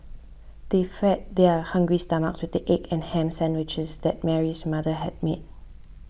they fed their hungry stomachs with the egg and ham sandwiches that Mary's mother had made